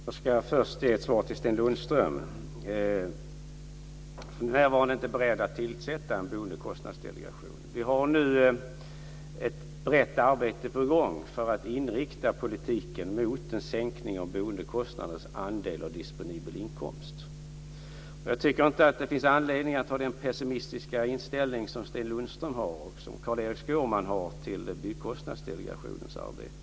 Fru talman! Jag ska först ge ett svar till Sten Lundström. Vi är för närvarande inte beredda att tillsätta en boendekostnadsdelegation. Vi har nu ett brett arbete på gång för att inrikta politiken mot en sänkning av boendekostnadens andel av disponibel inkomst. Jag tycker att det inte finns anledning att ha den pessimistiska inställning som Sten Lundström och Carl-Erik Skårman har till Byggkostnadsdelegationens arbete.